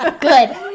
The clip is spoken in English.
good